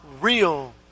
real